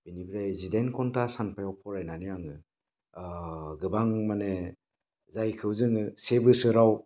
बेनिफ्राय जिदाइन घन्टा सानफायाव फरायनानै आङो गोबां माने जायखौ जोङो से बोसोराव